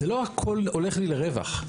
זה לא הכל הולך לי לרווח.